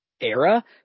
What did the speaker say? era